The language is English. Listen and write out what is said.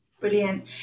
brilliant